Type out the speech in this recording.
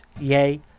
Yay